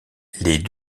les